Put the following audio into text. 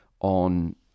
on